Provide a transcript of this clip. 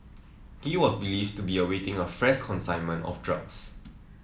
he was believed to be awaiting a fresh consignment of drugs